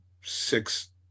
six